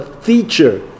feature